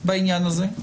בעניין הזה,